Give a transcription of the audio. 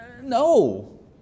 No